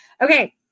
Okay